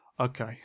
Okay